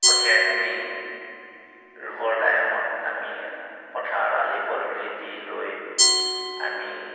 কঠীয়াখিনি ৰুবৰ টাইমত আমি পথাৰত আলি পদূলি দি লৈ আমি